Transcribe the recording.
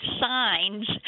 signs